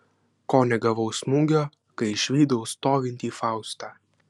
ko negavau smūgio kai išvydau stovintį faustą